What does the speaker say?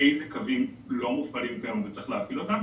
איזה קווים לא מופעלים כיום וצריך להפעיל אותם?